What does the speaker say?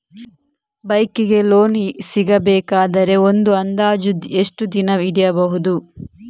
Bike ಗೆ loan ಸಿಗಬೇಕಾದರೆ ಒಂದು ಅಂದಾಜು ಎಷ್ಟು ದಿನ ಹಿಡಿಯಬಹುದು?